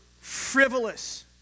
frivolous